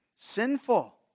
Sinful